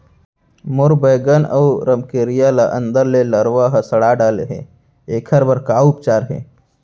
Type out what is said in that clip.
मोर बैगन अऊ रमकेरिया ल अंदर से लरवा ह सड़ा डाले हे, एखर बर का उपचार हे?